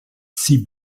sie